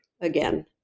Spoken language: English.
again